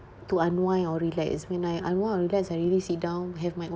to unwind or relax it's when I I want to relax I really sit down have my own